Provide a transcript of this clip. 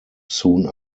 soon